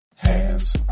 Hands